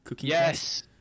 Yes